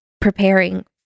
preparing